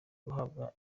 guhabwa